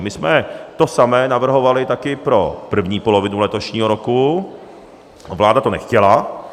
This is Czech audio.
My jsme to samé také navrhovali pro první polovinu letošního roku, vláda to nechtěla.